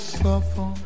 suffer